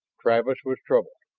travis was troubled.